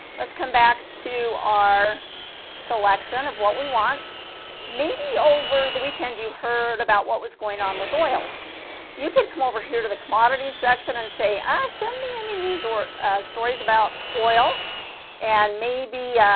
let's come back to our selection of what we want maybe over the weekend you heard about what was going on with oil you could come over here to the commodities section and say i send me any news or stories about oil and maybe